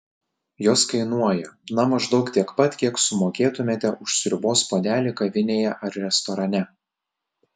jos kainuoja na maždaug tiek pat kiek sumokėtumėte už sriubos puodelį kavinėje ar restorane